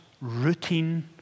routine